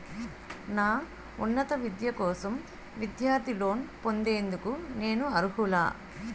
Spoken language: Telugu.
నా ఉన్నత విద్య కోసం విద్యార్థి లోన్ పొందేందుకు నేను అర్హులా?